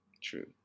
True